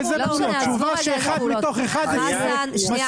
אחד מתוך אחד אני מסכים.